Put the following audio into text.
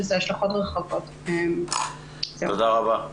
תודה רבה.